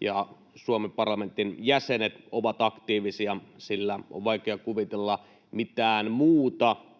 ja Suomen parlamentin jäsenet ovat aktiivisia, sillä on vaikea kuvitella mitään muuta